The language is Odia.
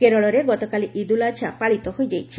କେରଳରେ ଗତକାଲି ଇଦ୍ ଉଲ୍ ଆଝା ପାଳିତ ହୋଇଛି